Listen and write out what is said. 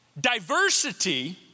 diversity